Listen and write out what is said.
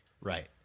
right